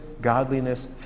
godliness